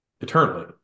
eternally